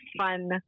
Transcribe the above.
fun